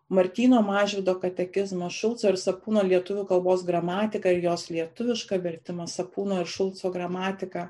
martyno mažvydo katekizmą šulco ir sapkūno lietuvių kalbos gramatiką jos lietuvišką vertimą sapkūno ir šulco gramatiką